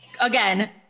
Again